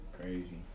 Crazy